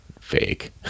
fake